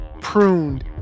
pruned